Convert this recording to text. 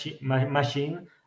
machine